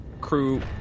crew